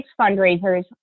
fundraisers